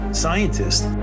scientists